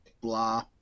blah